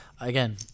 Again